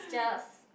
just